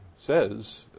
says